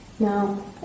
No